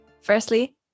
Firstly